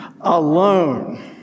alone